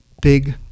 big